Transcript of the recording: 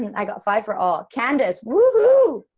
i got five for all candice whoo-hoo,